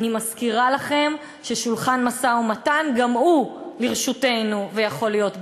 אני מזכירה לכם ששולחן משא-ומתן גם הוא ברשותנו ויכול להיות בידינו.